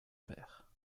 père